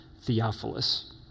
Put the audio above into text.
Theophilus